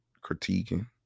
critiquing